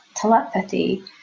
telepathy